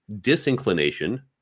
disinclination